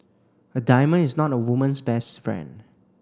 a diamond is not a woman's best friend